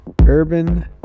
Urban